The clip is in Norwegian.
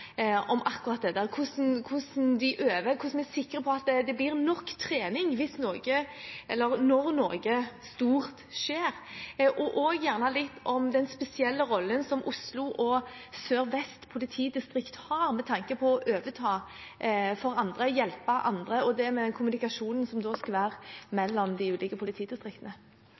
om akkurat dette – hvordan det øves, hvordan vi er sikre på at det er nok trening hvis eller når noe stort skjer, og gjerne litt om den spesielle rollen som Oslo politidistrikt og Sør-Vest politidistrikt har med tanke på å overta for og hjelpe andre, og den kommunikasjonen som da skal være mellom de ulike politidistriktene.